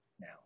now